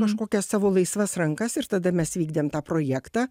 kažkokias savo laisvas rankas ir tada mes vykdėm tą projektą